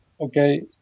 Okay